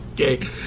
Okay